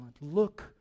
Look